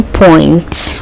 points